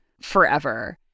forever